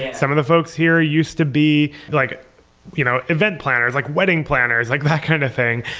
some of the folks here used to be like you know event planners, like wedding planners, like that kind of thing.